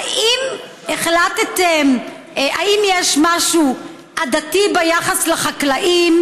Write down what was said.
האם החלטתם, האם יש משהו עדתי ביחס לחקלאים?